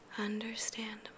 Understandable